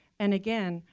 and again,